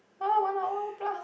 oh one hour plus